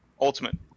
ultimate